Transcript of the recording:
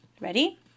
Ready